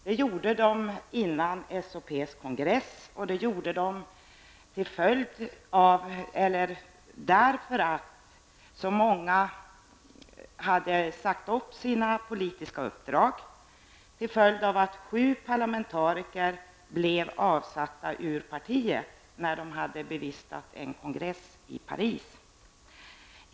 Det gjorde de inför SHPs kongress, därför att så många hade sagt upp sina politiska uppdrag till följd av att sju parlamentariker blev uteslutna ur partiet när de hade bevistat en kongress i Paris.